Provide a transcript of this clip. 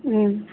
ꯎꯝ